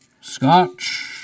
Scotch